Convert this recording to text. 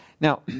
Now